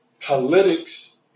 politics